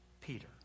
Peter